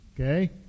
Okay